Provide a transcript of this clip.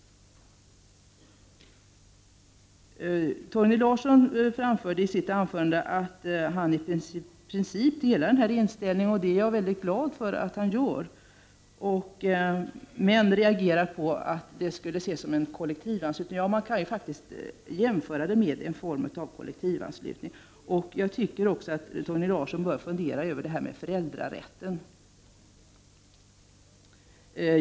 Torgny Larsson framförde i sitt anförande att han i princip delar denna inställning, och det är jag mycket glad för att han gör. Men han reagerar för att man skulle kunna se det här som kollektivanslutning. Man kan faktiskt jämföra detta med en form av kollektivanslutning. Jag tycker att Torgny Larsson bör fundera över detta med föräldrarätten.